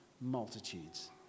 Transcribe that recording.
multitudes